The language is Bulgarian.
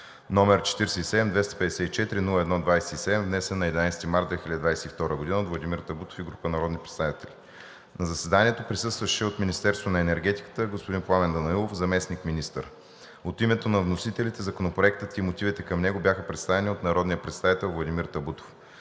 № 47-254-01-27, внесен на 11 март 2022 г. от Владимир Табутов и група народни представители. На заседанието присъства от Министерството на енергетиката господин Пламен Данаилов – заместник-министър. От името на вносителите Законопроектът и мотивите към него бяха представени от народния представител Владимир Табутов.